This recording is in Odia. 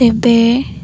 ତେବେ